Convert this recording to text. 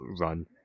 run